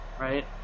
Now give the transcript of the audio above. right